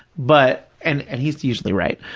but, and and he's usually right.